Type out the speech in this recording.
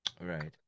right